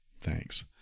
Thanks